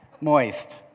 Moist